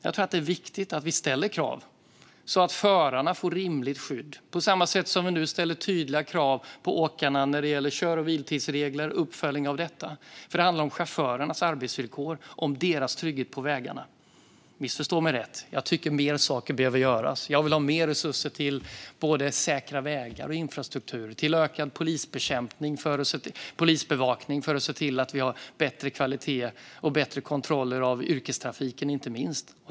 Jag tror att det är viktigt att vi ställer krav, så att förarna får rimligt skydd, på samma sätt som vi nu ställer tydliga krav på åkarna när det gäller kör och vilotidsregler och uppföljning av detta. Det handlar om chaufförernas arbetsvillkor och om deras trygghet på vägarna. Missförstå mig inte: Jag tycker att mer saker behöver göras. Jag vill ha mer resurser till säkra vägar och infrastruktur och också till ökad polisbevakning för att vi ska få bättre kvalitet och bättre kontroller av yrkestrafiken.